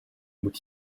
moet